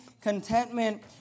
contentment